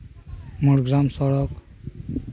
ᱢᱳᱲ ᱜᱨᱟᱢ ᱥᱚᱲᱚᱠ